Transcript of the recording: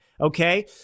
okay